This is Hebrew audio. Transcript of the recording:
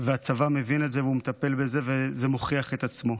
והצבא מבין את זה ומטפל בזה וזה מוכיח את עצמו.